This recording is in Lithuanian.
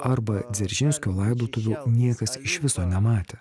arba dzeržinskio laidotuvių niekas iš viso nematė